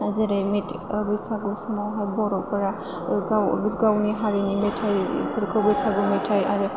जेरै बैसागु समावहाय बर'फोरा गाव गावनि हारिनि मेथाइफोरखौ बैसागु मेथाइ आरो